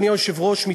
אדוני היושב-ראש,